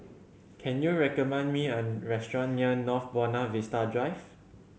can you recommend me a restaurant near North Buona Vista Drive